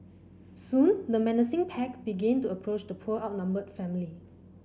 soon the menacing pack began to approach the poor outnumbered family